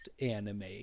anime